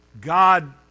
God